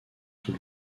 sous